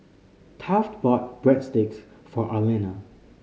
Taft bought Breadsticks for Arlena